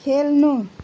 खेल्नु